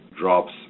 drops